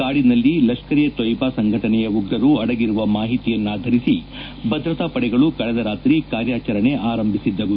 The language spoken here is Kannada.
ಕಾಡಿನಲ್ಲಿ ಲಷ್ಕರ್ ಎ ತೊಯ್ದಾ ಸಂಘಟನೆಯ ಉಗ್ರರು ಅಡಗಿರುವ ಮಾಹಿತಿಯನ್ನಾಧರಿಸಿ ಭದ್ರತಾ ಪಡೆಗಳು ಕಳೆದ ರಾತ್ರಿ ಕಾರ್ಯಾಚರಣೆ ಆರಂಭಿಸಿದ್ದವು